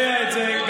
ואתה יודע את זה,